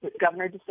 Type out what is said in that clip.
Governor